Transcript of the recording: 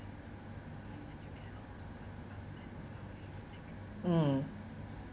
mm